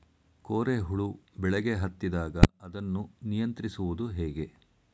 ಕೋರೆ ಹುಳು ಬೆಳೆಗೆ ಹತ್ತಿದಾಗ ಅದನ್ನು ನಿಯಂತ್ರಿಸುವುದು ಹೇಗೆ?